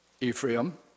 Ephraim